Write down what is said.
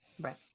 right